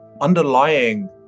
underlying